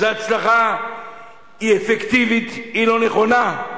אז ההצלחה היא פיקטיבית, היא לא נכונה.